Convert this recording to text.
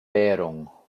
währung